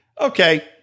okay